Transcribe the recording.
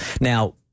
Now-